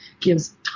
gives